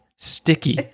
Sticky